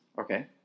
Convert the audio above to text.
Okay